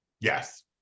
yes